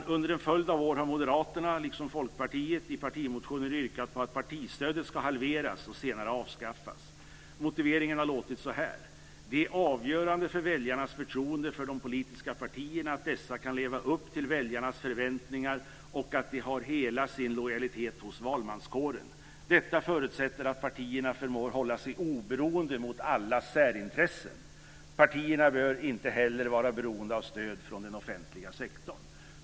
Under en följd av år har Moderaterna liksom också Folkpartiet i partimotioner yrkat på att partistödet ska halveras och senare avskaffas. Motiveringen har låtit så här: "Det är avgörande för väljarnas förtroende för de politiska partierna att dessa kan leva upp till väljarnas förväntningar och att de har hela sin lojalitet hos valmanskåren. Detta förutsätter att partierna förmår hålla sig oberoende mot alla särintressen. Partierna bör inte heller vara beroende av stöd från den offentliga sektorn."